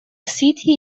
city